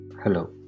Hello